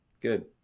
good